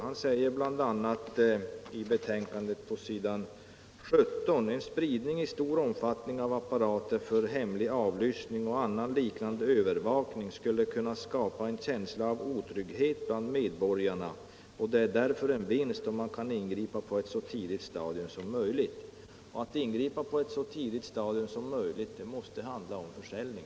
Departementschefen säger bl.a.: ”En spridning i stor omfattning av apparater för hemlig avlyssning och annan liknande övervakning skulle kunna skapa en känsla av otrygghet bland medborgarna, och det är därför en vinst om man kan ingripa på ett så tidigt stadium som möjligt.” Alt ingripa på ett så tidigt stadium som möjligt måste handla om försäljning.